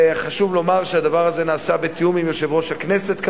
חשוב לומר שהדבר הזה נעשה בתיאום עם יושב-ראש הכנסת,